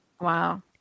Wow